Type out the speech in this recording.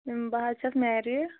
بہٕ حظ چھَس میریٖڈ